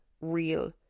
real